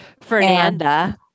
Fernanda